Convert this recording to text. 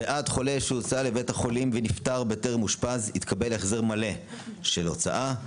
בעד שהוסע לבית החולים ונפטר בטרם אושפז יתקבל החזר מלא של הוצאה.